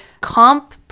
comp